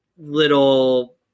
little